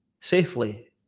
safely